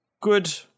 Good